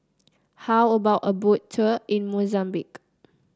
how about a Boat Tour in Mozambique